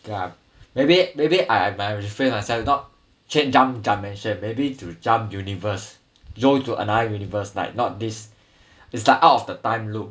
ya maybe maybe I might refrain myself if not keep jump dimension maybe to jump universe go into another universe like not this is like out of the time loop